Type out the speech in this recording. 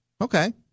Okay